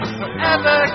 forever